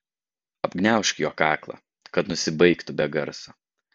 apgniaužk jo kaklą kad nusibaigtų be garso